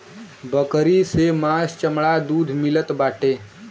बकरी से मांस चमड़ा दूध मिलत बाटे